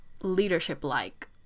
leadership-like